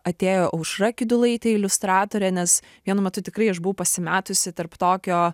atėjo aušra kiudulaitė iliustratorė nes vienu metu tikrai aš buvau pasimetusi tarp tokio